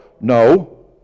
No